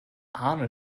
arne